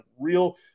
real